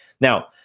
Now